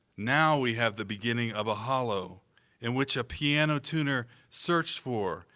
now we have the beginning of a hollow in which a piano tuner searched for,